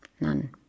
none